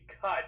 cut